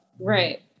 right